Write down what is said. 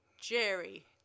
Jerry